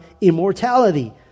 immortality